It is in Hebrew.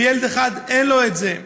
וילד אחד אין לו את זה.